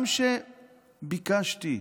גם כשביקשתי,